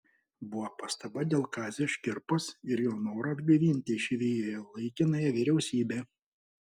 buvo pastaba dėl kazio škirpos ir jo noro atgaivinti išeivijoje laikinąją vyriausybę